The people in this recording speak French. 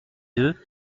deux